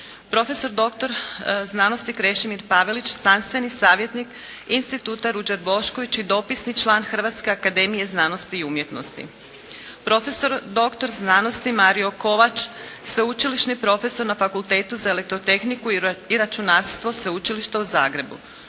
doktor znanosti Krešimir Pavelić, znanstveni savjetnik instituta Ruđer Bošković i dopisni član Hrvatske akademije znanosti i umjetnosti, profesor doktor znanosti Mario Kovač, sveučilišni profesor na Fakultetu za elektrotehniku i računarstvo Sveučilišta u Zagrebu,